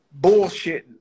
bullshitting